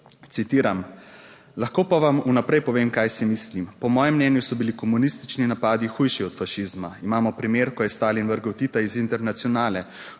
citiram: "Lahko pa vam vnaprej povem, kaj si mislim. Po mojem mnenju so bili komunistični napadi hujši od fašizma. Imamo primer, ko je Stalin vrgel Tita iz internacionale.